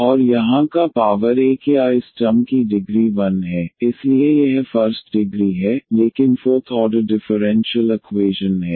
और यहां का पावर 1 या इस टर्म की डिग्री 1 है इसलिए यह फर्स्ट डिग्री है लेकिन 4 ऑर्डर डिफरेंशियल इक्वैशन है